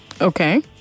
Okay